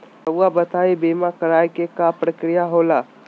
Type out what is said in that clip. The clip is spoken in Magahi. रहुआ बताइं बीमा कराए के क्या प्रक्रिया होला?